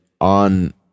on